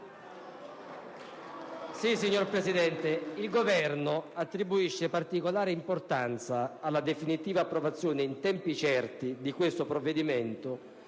Signor Presidente, il Governo attribuisce particolare importanza alla definitiva approvazione in tempi certi di questo provvedimento,